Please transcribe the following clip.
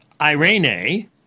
Irene